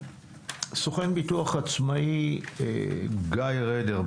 סוכן ביטוח עצמאי, גיא רדר,